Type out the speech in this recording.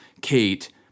Kate